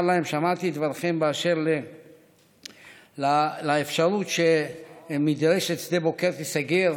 ולומר להם: שמעתי את דבריכם באשר לאפשרות שמדרשת שדה בוקר תיסגר.